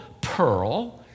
pearl